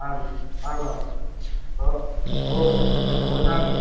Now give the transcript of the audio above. आम् आमाम् ओ भोः भवता